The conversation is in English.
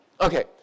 Okay